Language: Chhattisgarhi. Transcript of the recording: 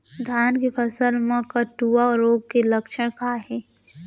धान के फसल मा कटुआ रोग के लक्षण का हे?